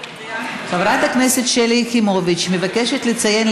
חברת הכנסת שלי יחימוביץ מבקשת לציין,